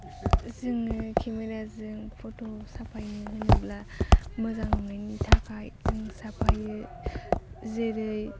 जोङो केमेराजों फट' साफायनो होनोब्ला मोजां नुनायनि थाखाय जों साफायो जेरै